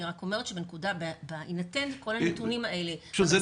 אני רק אומרת שבהינתן כל הנתונים האלה --- אני